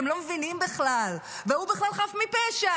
אתם לא מבינים בכלל, והוא בכלל חף מפשע.